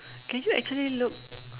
can you actually look